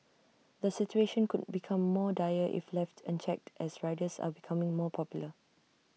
the situation could become more dire if left unchecked as riders are becoming more popular